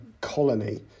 colony